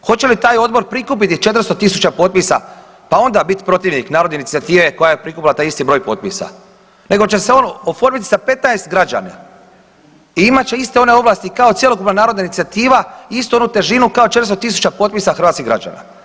Hoće li taj odbor prikupiti 400 tisuća potpisa pa onda biti protivnik narodne inicijative koja je prikupila taj isti broj potpisa nego će se on oformiti sa 15 građana i imat će iste one vlasti kao cjelokupna narodna inicijativa, istu onu težinu kao 400 tisuća potpisa hrvatskih građana.